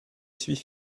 suis